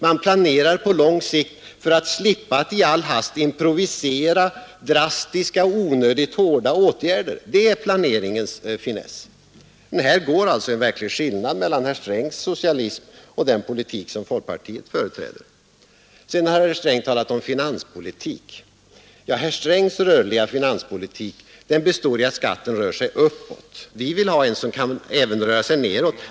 Man planerar på lång sikt för att slippa att i all hast improvisera drastiska och onödigt hårda åtgärder. Det är planeringens finess. Men här går alltså en verklig skiljelinje mellan herr Strängs socialism och den politik som folk partiet företräder. Sedan har herr Sträng talat om finanspolitik. Herr Strängs rörliga finanspolitik består i att skatten rör sig uppåt. Vi vill ha en som kan röra sig även nedåt.